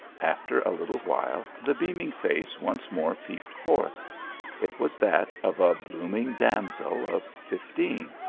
after a little while, the beaming face once more peeped forth it was that of a bloom ing damsel of fifteen.